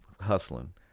hustling